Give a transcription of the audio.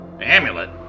Amulet